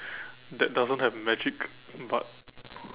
that doesn't have magic but